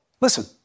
Listen